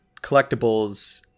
collectibles